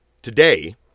Today